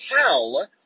tell